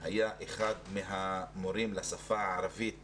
היה אחד מהמורים לשפה הערבית